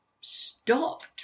stopped